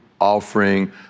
offering